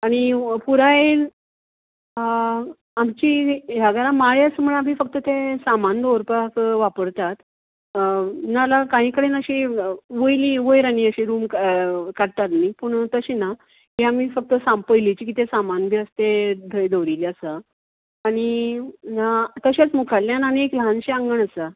आनी पुराय आमची ह्या घरान माळी आसा म्हणल्यार आमी फक्त ते सामान दवरपाक वापरतात ना जाल्यार काही कडेन अशीं वयली वयर आनी अशें रूम काडटात न्ही पुणू तशें ना ते आमी फकत सामान पयलिंचे ते कितें सामान बी आसा ते थंय दवरिल्ले आसा आनी तशेंच मुख्खाल्ल्यान आनी एक ल्हानशें आंगण आसा